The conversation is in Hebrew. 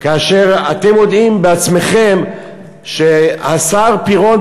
כאשר אתם מודים בעצמכם שהשר פירון,